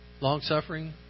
Long-suffering